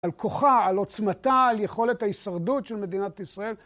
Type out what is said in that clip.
על כוחה, על עוצמתה, על יכולת ההישרדות של מדינת ישראל.